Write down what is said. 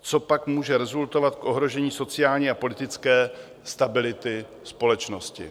To pak může rezultovat v ohrožení sociální a politické stability společnosti.